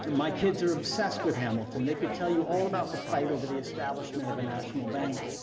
my kids are obsessed with hamilton, they could tell you all about the fight over the establishment of a national bank.